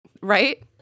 right